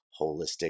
Holistic